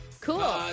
cool